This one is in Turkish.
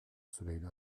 süreyle